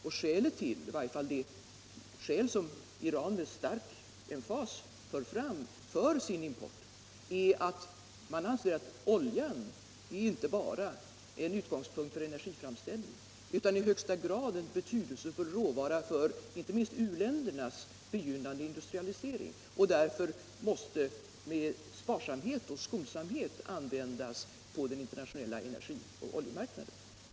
Det skäl som i varje fall Iran med stark emfas för fram för sin import är att man anser att oljan inte bara är en utgångspunkt för energiframställning utan i högsta grad en betydelsefull råvara för inte minst u-ländernas begynnande industrialisering och därför måste användas med sparsamhet och skonsamhet på den internationella energioch oljemarknaden.